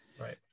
right